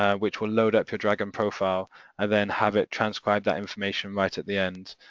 ah which will load up your dragon profile and then have it transcribe the information right at the end.